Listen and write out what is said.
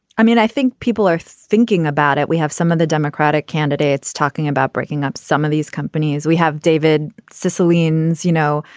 i mean, i think people are thinking about it. we have some of the democratic candidates talking about breaking up some of these companies. we have david sicilians, you know,